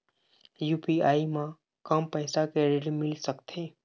UPI म कम पैसा के ऋण मिल सकथे?